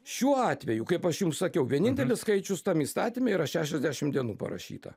šiuo atveju kaip aš jum sakiau vienintelis skaičius tam įstatyme yra šešiasdešim dienų parašyta